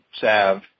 salve